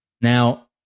Now